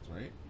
right